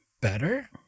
better